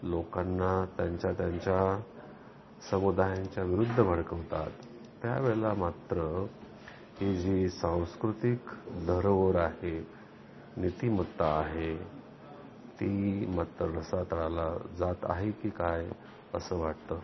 लोकांना त्यांच्या त्यांच्या समुदायांच्या विरुद्ध भडकवतात त्यावेळेला मात्र ही जी सांस्कृतिक धरोवर आहे नीतिमत्ता आहे ती मात्र रसातळाला जात आहे की काय असं वाटतं